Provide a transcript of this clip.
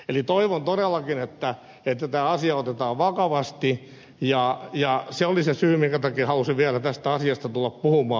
eli toivon todellakin että tämä asia otetaan vakavasti ja se oli se syy minkä takia halusin vielä tästä asiasta tulla puhumaan